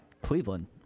Cleveland